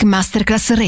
Masterclass